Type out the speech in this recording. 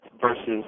versus